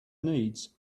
needs